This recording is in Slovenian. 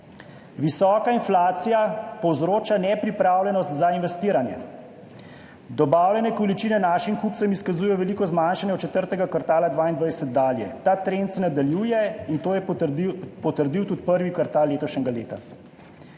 »Visoka inflacija povzroča nepripravljenost za investiranje, dobavljene količine našim kupcem izkazujejo veliko zmanjšanje od četrtega kvartala 2022 dalje, ta trend se nadaljuje in to je potrdil tudi prvi kvartal letošnjega leta.